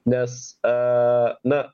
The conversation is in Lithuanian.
nes a na